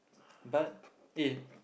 but eh